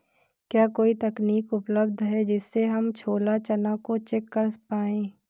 क्या कोई तकनीक उपलब्ध है जिससे हम छोला चना को चेक कर पाए?